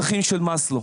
מאסלו.